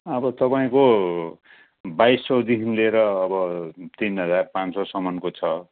अब तपाईँको बाइस सौदेखि लिएर अब तिन हजार पाँच सौसम्मको छ